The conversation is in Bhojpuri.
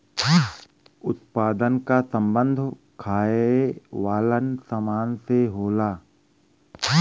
उत्पादन क सम्बन्ध खाये वालन सामान से होला